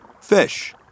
Fish